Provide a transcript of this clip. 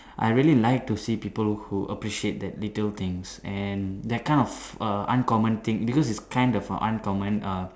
I really like to see people who appreciate that little things and that kind of err uncommon thing because it kind of uncommon err